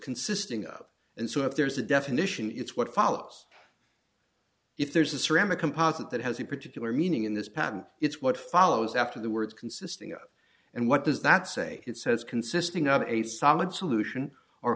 consisting of and so if there's a definition it's what follows if there's a ceramic composite that has a particular meaning in this pattern it's what follows after the words consisting of and what does that say it says consisting of a solid solution or